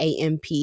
amp